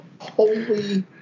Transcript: Holy